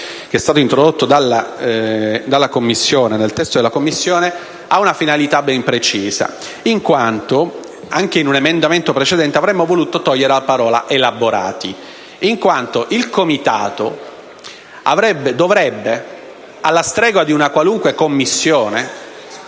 2», introdotto dalla Commissione, ha una finalità ben precisa. Anche in un emendamento precedente avremmo voluto eliminare la parola «elaborati», in quanto il Comitato dovrebbe, alla stregua di una qualunque Commissione